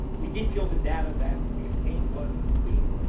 we did feel the data that we obtained was complete,